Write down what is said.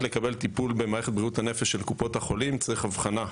לקבל טיפול במערכת בריאות הנפש צריך אבחנה.